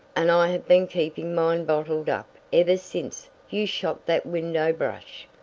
and i have been keeping mine bottled up ever since you shot that window brush.